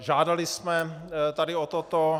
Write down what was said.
Žádali jsme tady o toto.